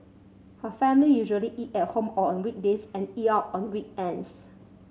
her family usually eat at home on weekdays and eat out on weekends